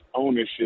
ownership